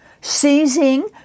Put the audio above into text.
seizing